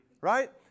Right